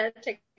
take